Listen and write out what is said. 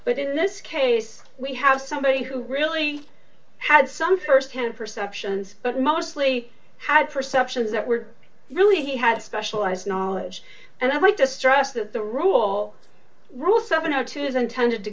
but in this case we have somebody who really had some firsthand perceptions but mostly had perceptions that were really had specialized knowledge and i'd like to stress that the rule rule seven o two is intended to